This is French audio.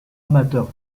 amateur